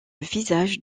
visage